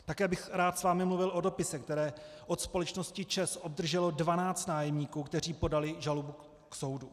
Také bych rád s vámi mluvil o dopise, který od společnosti ČEZ obdrželo 12 nájemníků, kteří podali žalobu k soudu.